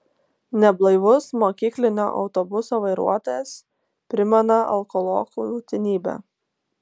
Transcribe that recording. neblaivus mokyklinio autobuso vairuotojas primena alkolokų būtinybę